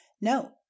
No